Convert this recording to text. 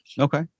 okay